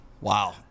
Wow